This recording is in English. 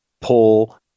pull